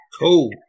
Cool